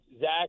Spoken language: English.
Zach